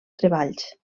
treballs